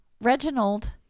Reginald